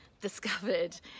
discovered